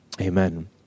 Amen